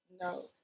No